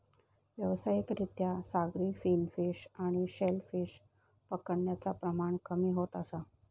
व्यावसायिक रित्या सागरी फिन फिश आणि शेल फिश पकडण्याचा प्रमाण कमी होत असा